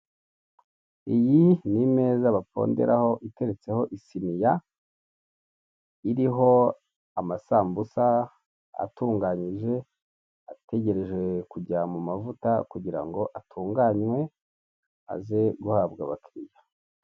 Iyi ni imeza baponderaho iteretseho isiniya, iriho amasambusa atunganyije, ategereje kujya mu mavuta kugira ngo atunganywe, aze guhabwa abakiliya.